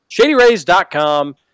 ShadyRays.com